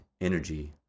energy